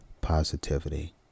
positivity